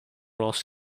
ross